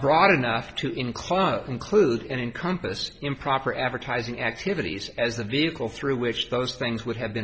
broad enough to enclose includes encompass improper advertising activities as a vehicle through which those things would have been